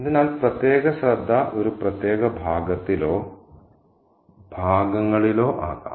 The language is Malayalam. അതിനാൽ പ്രത്യേക ശ്രദ്ധ ഒരു പ്രത്യേക ഭാഗത്തിലോ ഒരു പ്രത്യേക ഭാഗങ്ങളിലോ ആകാം